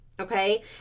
Okay